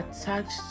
attached